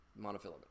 monofilament